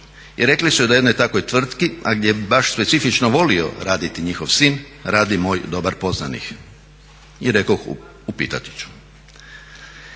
I rekli su da u jednoj takvoj tvrtki, a gdje bi baš specifično volio raditi njihov sin radi moj dobar poznanik. I rekoh upitati ću.